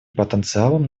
потенциалом